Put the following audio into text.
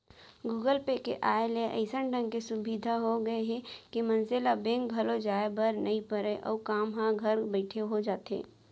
Google pay के आय ले अइसन ढंग के सुभीता हो गए हे के मनसे ल बेंक घलौ जाए बर नइ परय अउ काम ह घर बइठे हो जाथे